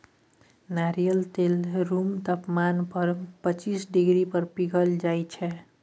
नारियल तेल रुम तापमान पर पचीस डिग्री पर पघिल जाइ छै